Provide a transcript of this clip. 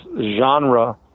genre